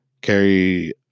carry